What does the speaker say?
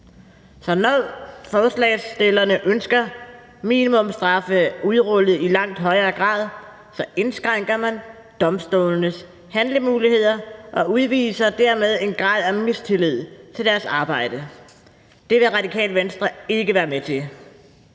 Så når forslagsstillerne ønsker minimumsstraffe udrullet i langt højere grad, indskrænker man domstolenes handlemuligheder og udviser dermed en grad af mistillid til deres arbejde. Det vil Radikale Venstre ikke være med til.